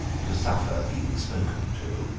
to suffer being spoken to.